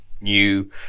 new